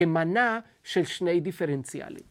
‫היא מנה של שני דיפרנציאלים.